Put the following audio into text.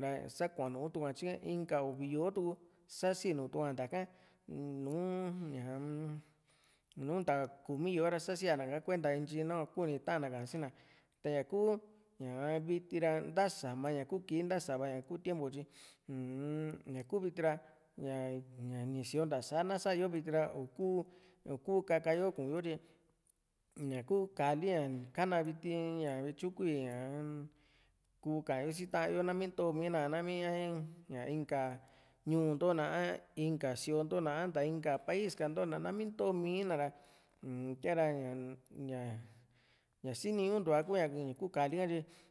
ra sakuanotuku´a tyityika inka uvi yó´o tuku sa sinu ña ntaka nùù ña mm nunta Kimi yó´o ra sa síana ka kuenta ntyi nahua kuni ta´an na kasina ta ñaku ñáa viti ra ntasama ña kú kii ntasma ña kú tiempo tyi uu-m ñaku viti ra ña ñani síoo ntasa ná sa´yo viti ra iku iku kakayo kun´yo tyi ñaku Kali ña kana viti ña vityu kuii´ña kú kaán yo si ta´an yo nami ntomi na nami a ña inka ñuu ntona a inka síoo ntona a nta inka país ka nami ntomina ra ña´ka ra ña ñasiniñuntu´a kú ña kuu ka´li ka tyi